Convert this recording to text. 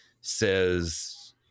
says